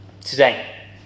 today